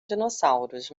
dinossauros